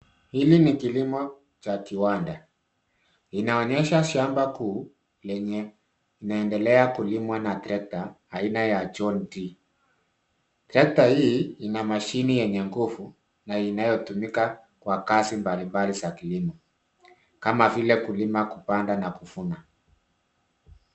Hili ni kilimo cha kiwanda. Inaonyesha shamba kuu lenye linaendelea kulimwa na trekta aina ya jon T.Trekta hii ina mashine yenye nguvu na inayotumika kwa kazi mbalimbali za kilimo kama vile kulima, kupanda na kuvuna.